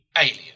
Alien